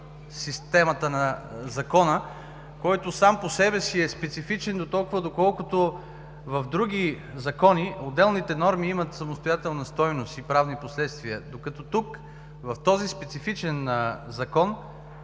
самостоятелна стойност и правни последствия,